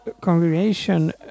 congregation